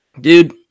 Dude